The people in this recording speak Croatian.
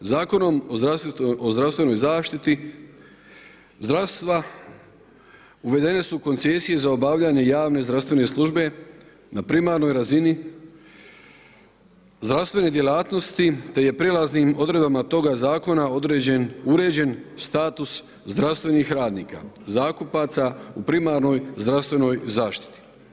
Zakonom o zdravstvenoj zaštiti zdravstva uvedene su koncesije za obavljanje javne zdravstvene službe na primarnoj razini zdravstvene djelatnosti te je prijelaznim odredbama toga zakona uređen status zdravstvenih radnika zakupaca u primarnoj zdravstvenoj zaštiti.